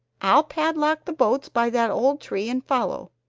i'll padlock the boats by that old tree and follow,